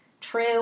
true